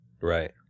right